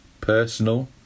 personal